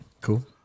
Cool